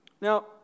Now